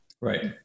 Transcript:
Right